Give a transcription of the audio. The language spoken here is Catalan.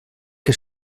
què